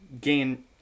gain